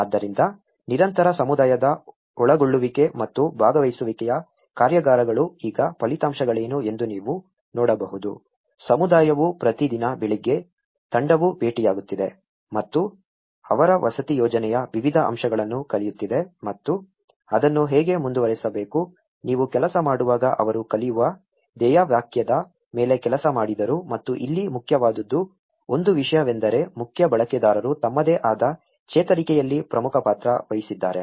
ಆದ್ದರಿಂದ ನಿರಂತರ ಸಮುದಾಯದ ಒಳಗೊಳ್ಳುವಿಕೆ ಮತ್ತು ಭಾಗವಹಿಸುವಿಕೆಯ ಕಾರ್ಯಾಗಾರಗಳು ಈಗ ಫಲಿತಾಂಶಗಳೇನು ಎಂದು ನೀವು ನೋಡಬಹುದು ಸಮುದಾಯವು ಪ್ರತಿದಿನ ಬೆಳಿಗ್ಗೆ ತಂಡವು ಭೇಟಿಯಾಗುತ್ತಿದೆ ಮತ್ತು ಅವರ ವಸತಿ ಯೋಜನೆಯ ವಿವಿಧ ಅಂಶಗಳನ್ನು ಕಲಿಯುತ್ತಿದೆ ಮತ್ತು ಅದನ್ನು ಹೇಗೆ ಮುಂದುವರಿಸಬೇಕು ನೀವು ಕೆಲಸ ಮಾಡುವಾಗ ಅವರು ಕಲಿಯುವ ಧ್ಯೇಯವಾಕ್ಯದ ಮೇಲೆ ಕೆಲಸ ಮಾಡಿದರು ಮತ್ತು ಇಲ್ಲಿ ಮುಖ್ಯವಾದುದು ಒಂದು ವಿಷಯವೆಂದರೆ ಮುಖ್ಯ ಬಳಕೆದಾರರು ತಮ್ಮದೇ ಆದ ಚೇತರಿಕೆಯಲ್ಲಿ ಪ್ರಮುಖ ಪಾತ್ರ ವಹಿಸಿದ್ದಾರೆ